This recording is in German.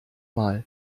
mal